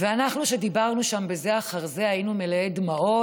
ואנחנו, שדיברנו שם זה אחר זה, היינו מלאי דמעות,